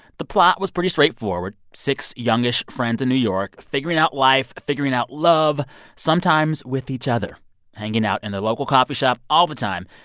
the plot was pretty straightforward six youngish friends in new york figuring out life, figuring out love sometimes with each other hanging out in a local coffee shop all the time.